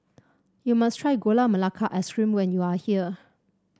you must try Gula Melaka Ice Cream when you are here